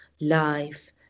life